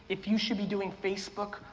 if you should be doing facebook,